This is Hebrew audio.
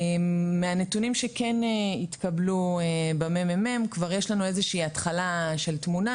מהנתונים שכן התקבלו בממ"מ כבר יש לנו איזו שהיא התחלה של תמונה,